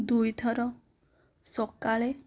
ଦୁଇଥର ସକାଳେ